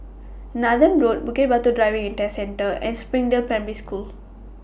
Nathan Road Bukit Batok Driving and Test Centre and Springdale Primary School